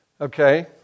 Okay